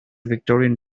victorian